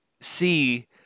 see